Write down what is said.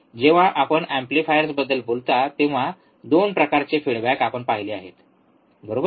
जेव्हा आपण एम्प्लिफायर्सबद्दल बोलता तेव्हा 2 प्रकारचे फीडबॅक आपण पाहिले आहेत बरोबर